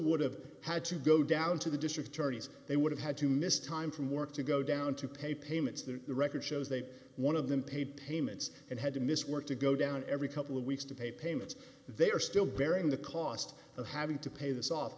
would have had to go down to the district attorneys they would have had to miss time from work to go down to pay payments the record shows they one dollar of them paid payments and had to miss work to go down every couple of weeks to pay payments they are still bearing the cost of having to pay this off